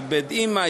איבד אימא,